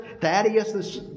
Thaddeus